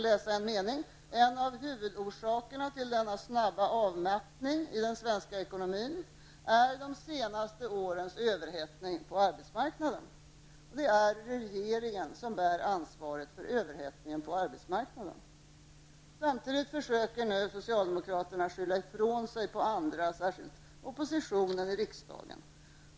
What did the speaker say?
Det står: ''En av huvudorsakerna till denna snabba avmattning i den svenska ekonomin är de senaste årens överhettning på arbetsmarknaden.'' Och det är regeringen som bär ansvaret för överhettningen på arbetsmarknaden. Samtidigt försöker socialdemokraterna nu att skylla ifrån sig på andra, särskilt på oppositionen i riksdagen.